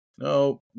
No